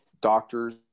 doctors